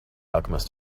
alchemist